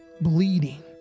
bleeding